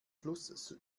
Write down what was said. plus